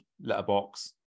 letterbox